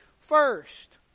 first